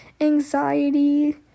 anxiety